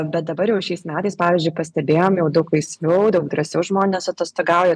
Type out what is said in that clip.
bet dabar jau šiais metais pavyzdžiui pastebėjom jau daug laisviau daug drąsiau žmonės atostogauja